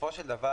בסופו של דבר,